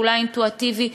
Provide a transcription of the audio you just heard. ואולי אינטואיטיבי,